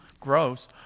gross